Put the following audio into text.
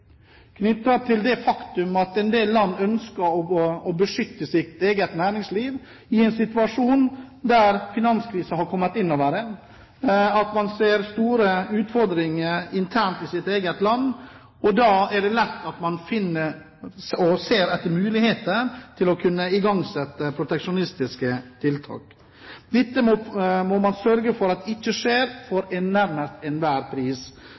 Det faktum at en del land ønsker å beskytte sitt eget næringsliv i en situasjon der finanskrisen har kommet inn over en, og man ser store utfordringer internt i sitt eget land, kan lett føre til at man ser etter muligheter for å igangsette proteksjonistiske tiltak. Dette må man sørge for at ikke skjer, nærmest for enhver pris,